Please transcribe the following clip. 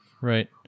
Right